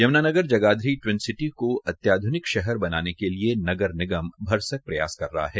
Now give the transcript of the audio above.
Yamunanagar Jagadhri twin city को अत्याध्निक शहर बनाने के लिए नगर निगम भरसक प्रयास कर रहा है